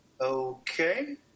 Okay